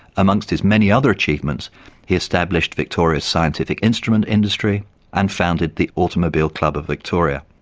amongst his many other achievements he established victoria's scientific instrument industry and founded the automobile club of victoria.